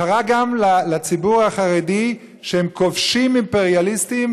אמר על הציבור החרדי שהם כובשים אימפריאליסטיים